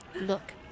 Look